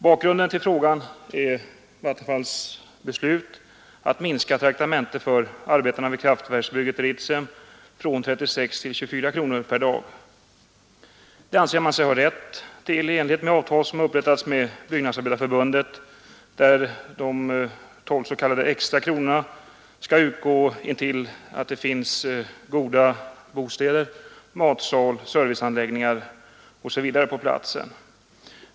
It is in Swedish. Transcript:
Bakgrunden till min fråga är Vattenfalls beslut att minska traktamentet för arbetarna vid kraftverksbygget i Ritsem från 36 till 24 kronor per dag. Det anser man sig ha rätt till i enlighet med ett avtal som upprättats med Byggnadsarbetareförbundet, där de 12 s.k. extrakronorna skall utgå intill dess goda bostäder, matsal och serviceanläggningar finns på platsen.